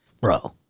Bro